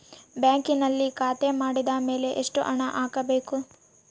ಬ್ಯಾಂಕಿನಲ್ಲಿ ಖಾತೆ ಮಾಡಿದ ಮೇಲೆ ಎಷ್ಟು ಹಣ ಹಾಕಬೇಕು?